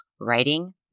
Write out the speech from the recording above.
writing